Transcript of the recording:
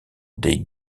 des